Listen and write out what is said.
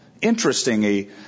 Interestingly